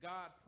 God